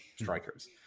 Strikers